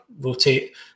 rotate